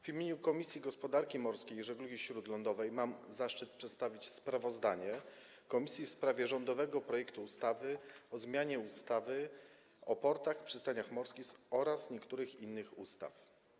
W imieniu Komisji Gospodarki Morskiej i Żeglugi Śródlądowej mam zaszczyt przedstawić sprawozdanie komisji o rządowym projekcie ustawy o zmianie ustawy o portach i przystaniach morskich oraz niektórych innych ustaw.